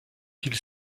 qu’il